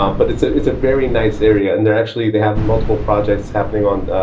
um but it's ah it's a very nice area. and they're actually they have multiple projects happening on